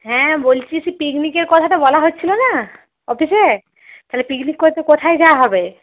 হ্যাঁ বলছি সে পিকনিকের কথাটা বলা হচ্ছিলো না অফিসে তাহলে পিকনিক করতে কোথায় যাওয়া হবে